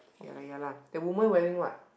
ya lah ya lah the woman wearing what